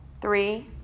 Three